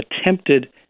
attempted